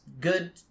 good